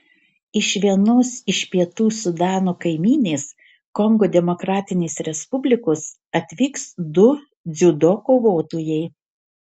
iš vienos iš pietų sudano kaimynės kongo demokratinės respublikos atvyks du dziudo kovotojai